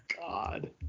God